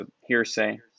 hearsay